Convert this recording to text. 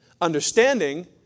Understanding